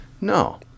No